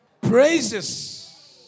praises